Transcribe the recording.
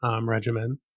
regimen